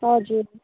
हजुर